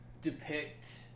depict